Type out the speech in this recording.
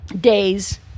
days